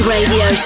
Radio